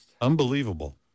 Unbelievable